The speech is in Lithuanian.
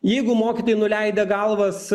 jeigu mokyti nuleidę galvas